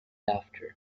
after